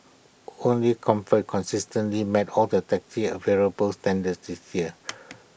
only comfort consistently met all the taxi available standards this year